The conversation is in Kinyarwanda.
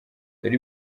rero